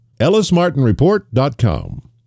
ellismartinreport.com